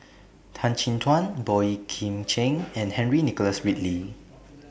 Tan Chin Tuan Boey Kim Cheng and Henry Nicholas Ridley